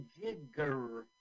Jigger